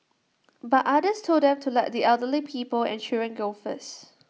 but others told them to let the elderly people and children go first